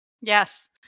Yes